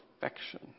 perfection